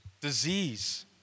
disease